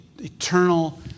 eternal